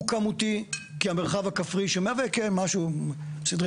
הוא כמותי כי המרחב הכפרי שמהווה כמשהו סדרי